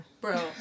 bro